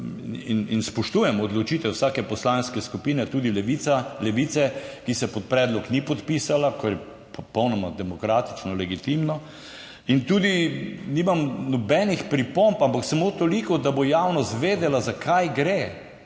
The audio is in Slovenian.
in spoštujem odločitev vsake poslanske skupine, tudi Levice, ki se pod predlog ni podpisala, kar je popolnoma demokratično, legitimno, in tudi nimam nobenih pripomb, ampak samo toliko, da bo javnost vedela, za kaj gre,